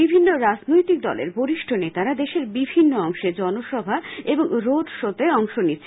বিভিন্ন রাজনৈতিক দলের বরিষ্ঠ নেতারা দেশের বিভিল্ল অংশে জনসভা এবং রোড শো তে অংশ নিচ্ছেন